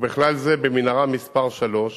ובכלל זה במנהרה מס' 3,